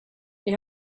det